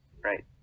right